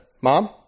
Mom